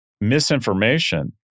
misinformation